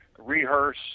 rehearse